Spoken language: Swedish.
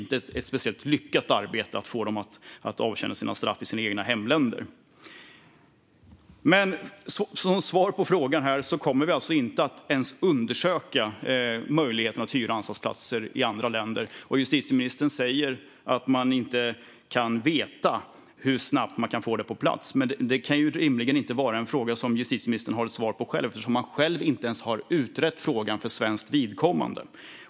Arbetet med att få dem att avtjäna sina straff i sina egna hemländer är alltså inte speciellt lyckat. Svaret på min fråga är alltså att vi inte ens kommer att undersöka möjligheten att hyra anstaltsplatser i andra länder. Justitieministern säger att man inte kan veta hur snabbt man skulle kunna få detta på plats. Det kan rimligen inte vara en fråga som justitieministern själv har ett svar på eftersom han inte ens har utrett frågan för svenskt vidkommande.